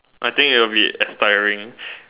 I think it'll be expiring